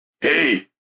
hey